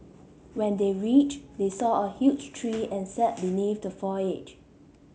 when they reached they saw a huge tree and sat beneath the foliage